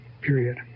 period